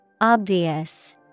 Obvious